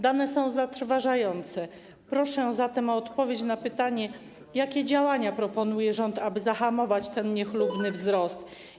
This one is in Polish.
Dane są zatrważające, proszę zatem o odpowiedź na pytanie, jakie działania proponuje rząd, aby zahamować ten niechlubny wzrost.